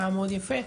היה מאוד יפה.